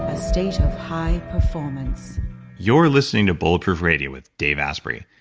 ah state of high performance you're listening to bulletproof radio with dave asprey.